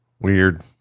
Weird